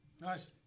Nice